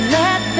let